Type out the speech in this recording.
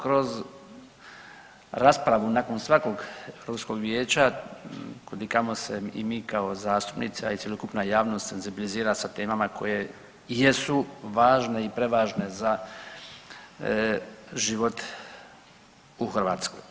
Kroz raspravu nakon svakog europskog vijeća kudikamo se i mi kao zastupnici, a i cjelokupna javnost senzibilizira sa temama koje jesu važne i prevažne za život u Hrvatskoj.